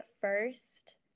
first